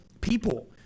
people